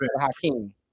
Hakeem